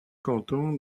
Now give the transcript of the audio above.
canton